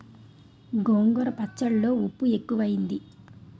గోంగూర పచ్చళ్ళో ఉప్పు ఎక్కువైంది